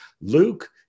Luke